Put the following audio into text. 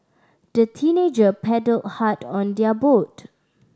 the teenager paddled hard on their boat